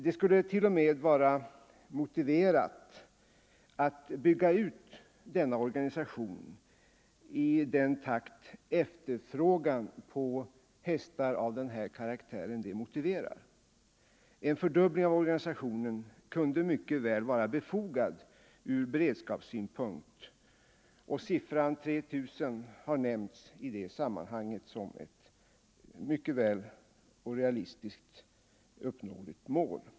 Det skulle t.o.m. vara motiverat att bygga ut denna organisation i den takt efterfrågan på hästar av den här karaktären det motiverar. En fördubbling av organisationen kunde mycket väl vara befogad ur beredskapssynpunkt. Siffran 3 000 har nämnts i sammanhanget som ett realistiskt mål.